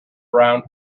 round